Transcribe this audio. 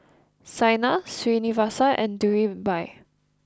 Saina Srinivasa and Dhirubhai